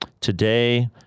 Today